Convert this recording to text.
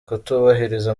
kutubahiriza